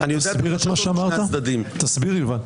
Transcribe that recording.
תסביר את מה שאמרת, יובל.